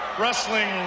wrestling